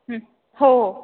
हो